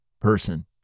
person